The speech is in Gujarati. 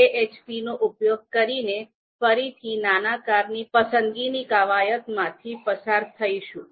હવે આપણે બીજી પેકેજ ahp નો ઉપયોગ કરીને ફરીથી નાની કારની પસંદગીની કવાયતમાંથી પસાર થઈશું